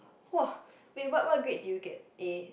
!wah! wait what what grade did you get A